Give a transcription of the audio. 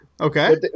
Okay